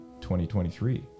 2023